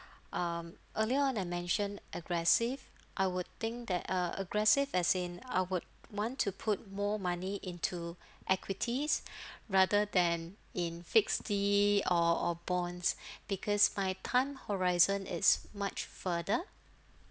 um earlier on I mention aggressive I would think that uh aggressive as in I would want to put more money into equities rather than in fixed D or or bonds because my time horizon is much further